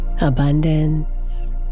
abundance